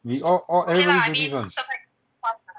we all all everybody do this [one]